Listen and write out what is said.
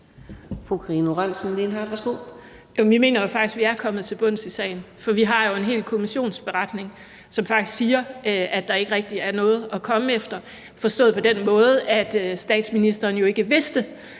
faktisk, at vi er kommet til bunds i sagen, for vi har jo en hel kommissionsberetning, som faktisk siger, at der ikke rigtig er noget at komme efter – forstået på den måde, at statsministeren jo ikke vidste,